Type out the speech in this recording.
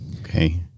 Okay